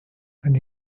that